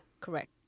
correct